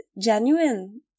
genuine